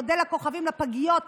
מודל הכוכבים לפגיות,